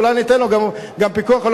אולי ניתן לו גם פיקוח על